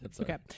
Okay